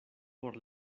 por